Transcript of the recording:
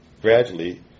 gradually